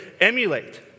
emulate